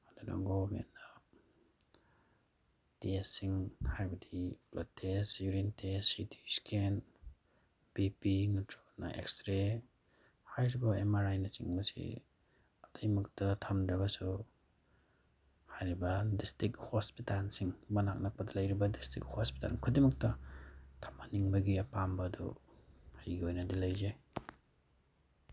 ꯑꯗꯨꯅ ꯒꯣꯕꯔꯃꯦꯟ ꯇꯦꯁꯁꯤꯡ ꯍꯥꯏꯕꯗꯤ blood test urine test C T scan P P ꯅꯠꯇ꯭ꯔꯒꯅ ꯑꯦꯛꯁ꯭ꯔꯦ ꯍꯥꯏꯔꯤꯕ ꯑꯦꯝ ꯑꯥꯔ ꯑꯥꯏꯅꯆꯤꯡꯕꯁꯤ ꯑꯇꯩꯃꯛꯇ ꯊꯝꯗ꯭ꯔꯒꯁꯨ ꯍꯥꯏꯔꯤꯕ ꯗꯤꯁꯇ꯭ꯔꯤꯛ ꯍꯣꯁꯄꯤꯇꯥꯜꯁꯤꯡ ꯃꯅꯥꯛ ꯅꯛꯄꯗ ꯂꯩꯔꯤꯕ ꯗꯤꯁꯇ꯭ꯔꯤꯛ ꯍꯣꯁꯄꯤꯇꯥꯜ ꯈꯨꯗꯤꯡꯃꯛꯇ ꯊꯝꯍꯟꯅꯤꯡꯕꯒꯤ ꯑꯄꯥꯝꯕ ꯑꯗꯨ ꯑꯩꯒꯤ ꯑꯣꯏꯅꯗꯤ ꯂꯩꯖꯩ